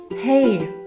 Hey